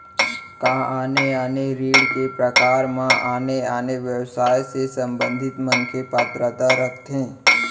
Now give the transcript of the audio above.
का आने आने ऋण के प्रकार म आने आने व्यवसाय से संबंधित मनखे पात्रता रखथे?